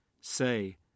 Say